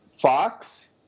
Fox